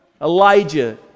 Elijah